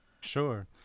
Sure